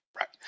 Right